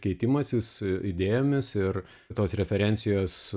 keitimasis idėjomis ir tos referencijos